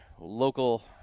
local